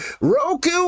Roku